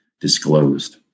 disclosed